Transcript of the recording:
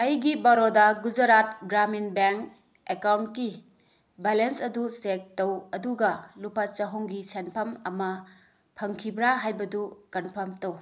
ꯑꯩꯒꯤ ꯕꯥꯔꯣꯗꯥ ꯒꯨꯖꯔꯥꯠ ꯒ꯭ꯔꯥꯃꯤꯟ ꯕꯦꯡ ꯑꯦꯀꯥꯎꯟꯒꯤ ꯕꯦꯂꯦꯟꯁ ꯑꯗꯨ ꯆꯦꯛ ꯇꯧ ꯑꯗꯨꯒ ꯂꯨꯄꯥ ꯆꯍꯨꯝꯒꯤ ꯁꯦꯟꯐꯃ ꯑꯃ ꯐꯪꯈꯤꯕ꯭ꯔ ꯍꯥꯏꯕꯗꯨ ꯀꯟꯐꯥꯝ ꯇꯧ